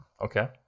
Okay